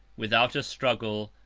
without a struggle,